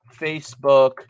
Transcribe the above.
Facebook